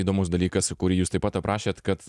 įdomus dalykas kurį jūs taip pat aprašėt kad